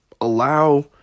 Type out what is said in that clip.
allow